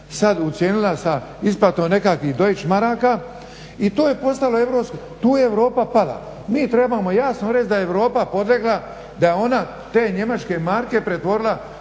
sada ucijenila sa isplatom nekakvih deutsch maraka i to je postalo europski, tu je Europa pala. Mi trebamo jasno reći da je Europa podlegla, da je ona te njemačke marke pretvorila